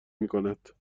میکند